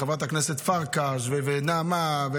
החוק הגיע עם הרבה הרבה קרעים בתוכו,